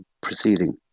proceeding